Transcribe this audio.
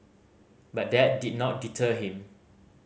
but that did not deter him